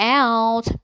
out